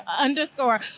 underscore